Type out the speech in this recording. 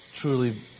truly